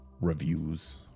reviews